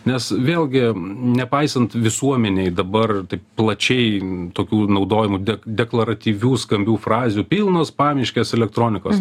nes vėlgi nepaisant visuomenėj dabar taip plačiai tokių naudojamų deklaratyvių skambių frazių pilnos pamiškės elektronikos